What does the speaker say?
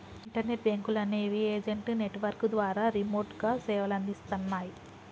internet బ్యేంకులనేవి agent network ద్వారా రిమోట్గా సేవలనందిస్తన్నయ్